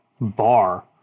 bar